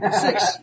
Six